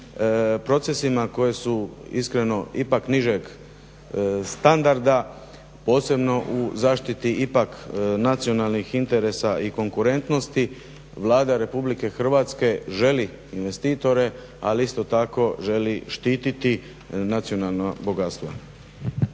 procesima koji su iskreno ipak nižeg standarda, posebno u zaštiti ipak nacionalnih interesa i konkurentnosti. Vlada Republike Hrvatske želi investitore ali isto tako želi štiti nacionalno bogatstvo.